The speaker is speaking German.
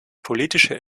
politische